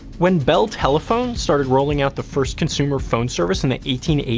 when bell telephone started rolling out the first consumer phone service in the eighteen eighty